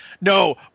no